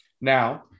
Now –